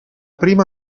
prima